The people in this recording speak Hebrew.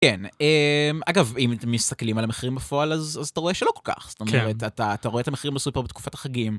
כן, אגב, אם אתם מסתכלים על המחירים בפועל, אז אתה רואה שלא כל כך, זאת אומרת, אתה רואה את המחירים בסופר בתקופת החגים.